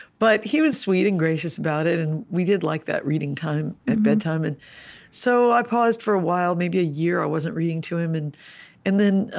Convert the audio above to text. but he was sweet and gracious about it, and we did like that reading time at bedtime and so i paused for a while. maybe a year, i wasn't reading to him. and and then,